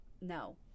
No